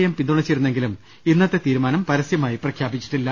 M പിന്തുണച്ചിരുന്നെങ്കിലും ഇന്നത്തെ തീരുമാനം പരസ്യമായി പ്രഖ്യാപിച്ചിട്ടില്ല